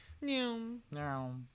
No